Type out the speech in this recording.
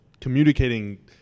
communicating